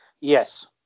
Yes